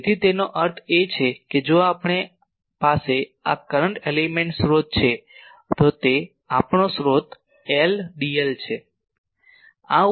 તેથી તેનો અર્થ એ કે જો આપણી પાસે આ કરંટ એલિમેન્ટ સ્રોત છે તો તે આપણો સ્રોત I